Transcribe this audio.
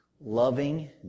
loving